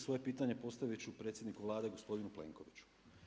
Svoje pitanje postavit ću predsjedniku Vlade gospodinu Plenkoviću.